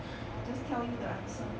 i'll just tell you the answer